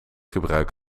gebruik